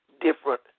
different